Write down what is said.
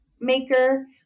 maker